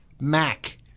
Mac